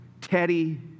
Teddy